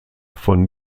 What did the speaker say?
von